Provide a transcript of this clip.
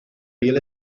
real